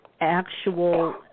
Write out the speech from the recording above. actual